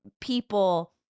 people